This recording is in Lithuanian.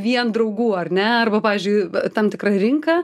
vien draugų ar ne arba pavyzdžiui tam tikrą rinką